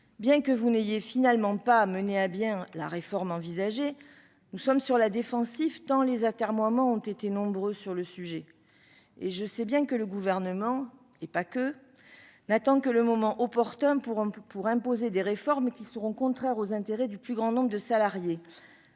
Bien que vous n'ayez finalement pas mené à bien la réforme envisagée, nous sommes sur la défensive, tant les atermoiements ont été nombreux à ce sujet. Je sais bien que le Gouvernement- et il n'est pas le seul -attend le moment opportun pour imposer des réformes qui seront contraires aux intérêts du plus grand nombre de salariés.